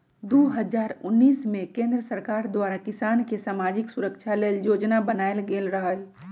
दू हज़ार उनइस में केंद्र सरकार द्वारा किसान के समाजिक सुरक्षा लेल जोजना बनाएल गेल रहई